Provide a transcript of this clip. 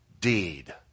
deed